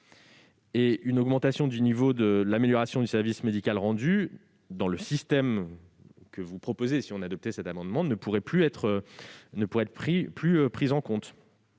de données en vie réelle. Une amélioration du service médical rendu, dans le système que vous proposez, si l'on adoptait cet amendement, ne pourrait plus être prise en compte.